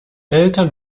eltern